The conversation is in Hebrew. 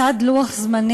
בסד של לוח זמנים,